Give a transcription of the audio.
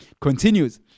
Continues